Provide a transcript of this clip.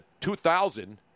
2000